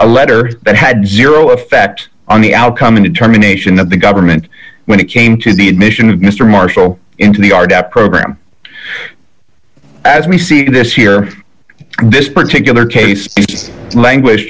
a letter that had zero effect on the outcome in determination that the government when it came to the admission of mr marshall into the art that program as we see it this year this particular case langu